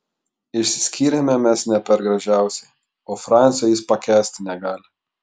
išsiskyrėme mes ne per gražiausiai o francio jis pakęsti negali